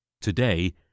Today